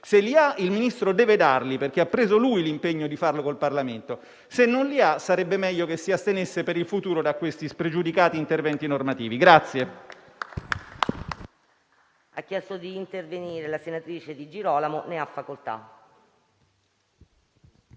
Se li ha, il Ministro deve darli perché ha preso l'impegno di farlo con il Parlamento; se non li ha, sarebbe meglio che si astenesse, per il futuro, da questi spregiudicati interventi normativi.